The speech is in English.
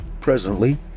Presently